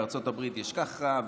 בארצות-הברית יש ככה,